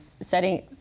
setting